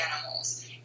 animals